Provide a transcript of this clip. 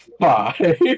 five